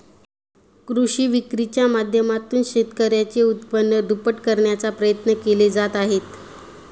कृषी विक्रीच्या माध्यमातून शेतकऱ्यांचे उत्पन्न दुप्पट करण्याचा प्रयत्न केले जात आहेत